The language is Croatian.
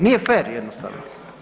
Nije fer jednostavno.